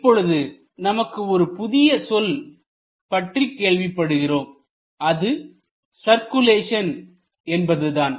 இப்பொழுது நமக்கு ஒரு புதிய சொல் பற்றிக் கேள்விப்படுகிறோம் அது சர்க்குலேஷன் என்பதுதான்